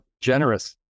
generous